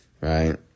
Right